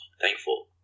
thankful